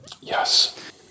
yes